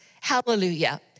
Hallelujah